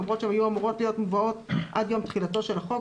למרות שהן היו אמורות להיות מובאות עד יום תחילתו של החוק,